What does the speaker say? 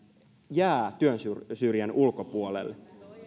jää työnsyrjän ulkopuolelle